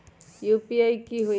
UPI की होई?